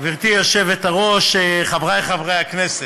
גברתי היושבת-ראש, חברי חברי הכנסת,